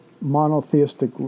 monotheistic